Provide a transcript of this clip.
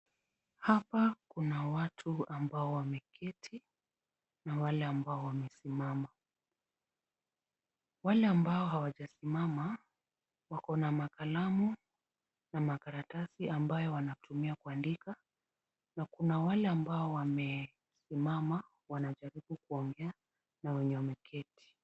Hapa kuna watu ambao wameketi na wale ambao wamesimama. Wale ambao hawajasimama, wako na makalamu na makaratasi ambayo wanatumia kuandika na kuna wale ambao wamesimama, wanajaribu kuongea na wenye wameketi.